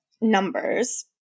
numbers